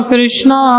Krishna